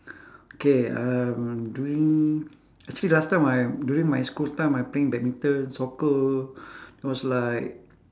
K um during actually last time my during my school time I playing badminton soccer it was like